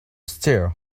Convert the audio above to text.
stir